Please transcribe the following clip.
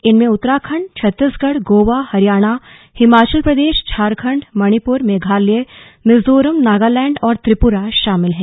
इनमें उत्तराखंड छत्तीसगढ़ गोवा हरियाणा हिमाचल प्रदेश झारखंड मणिपुर मेघालय मिजोरम नागालैंड और त्रिपुरा शामिल हैं